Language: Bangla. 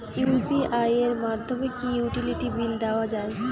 ইউ.পি.আই এর মাধ্যমে কি ইউটিলিটি বিল দেওয়া যায়?